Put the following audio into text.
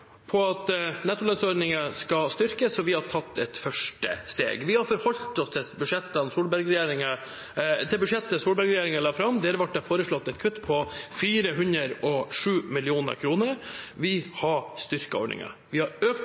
har tatt et første steg. Vi har forholdt oss til budsjettet Solberg-regjeringen la fram. Der ble det foreslått et kutt på 407 mill. kr. Vi har styrket ordningen. Vi har økt